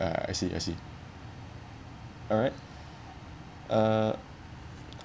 ah I see I see alright uh